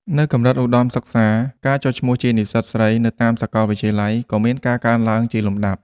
នៅកម្រិតឧត្តមសិក្សា ការចុះឈ្មោះជានិស្សិតស្រីនៅតាមសាកលវិទ្យាល័យក៏មានការកើនឡើងជាលំដាប់។